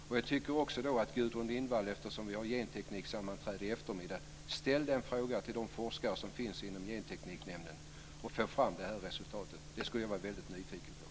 Eftersom vi har gentekniksammanträde i eftermiddag tycker jag att Gudrun Lindvall ska ställa den frågan till de forskare som finns i Gentekniknämnden för att få fram det här resultatet. Det skulle jag vara mycket nyfiken på.